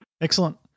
Excellent